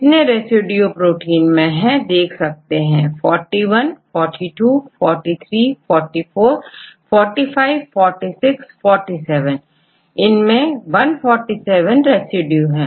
कितने residue protein में है देख सकते हैं41 42 4344454647 इनमें 147 रेसिड्यू है